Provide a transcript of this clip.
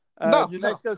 No